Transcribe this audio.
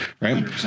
right